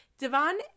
Devon